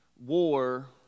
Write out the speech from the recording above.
war